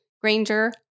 Granger